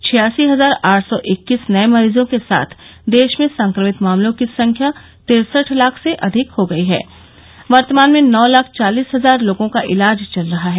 छियासी हजार आठ सौ इक्कीस नये मरीजों के साथ देश में संक्रमित मामलों की संख्या तिरसठ लाख से अधिक हो गई है वर्तमान में नौ लाख चालिस हजार लोगों का इलाज चल रहा है